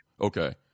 Okay